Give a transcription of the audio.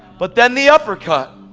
but then the uppercut.